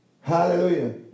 Hallelujah